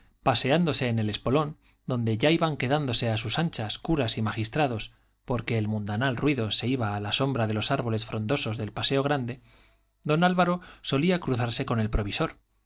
paseándose en el espolón donde ya iban quedándose a sus anchas curas y magistrados porque el mundanal ruido se iba a la sombra de los árboles frondosos del paseo grande don álvaro solía cruzarse con el provisor